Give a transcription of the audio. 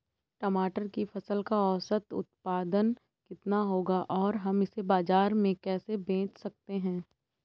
टमाटर की फसल का औसत उत्पादन कितना होगा और हम इसे बाजार में कैसे बेच सकते हैं?